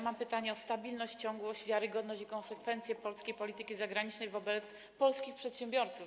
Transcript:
Mam pytanie o stabilność, ciągłość, wiarygodność i konsekwencję polskiej polityki zagranicznej wobec polskich przedsiębiorców.